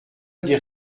dire